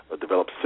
Develop